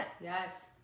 Yes